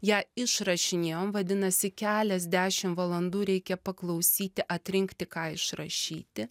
ją išrašinėjom vadinasi kelias dešim valandų reikia paklausyti atrinkti ką išrašyti